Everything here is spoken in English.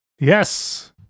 Yes